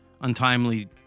untimely